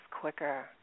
quicker